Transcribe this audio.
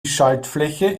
schaltfläche